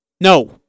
No